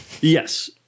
Yes